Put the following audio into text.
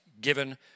given